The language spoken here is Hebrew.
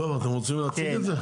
טוב, אתם רוצים להציג את זה?